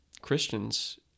Christians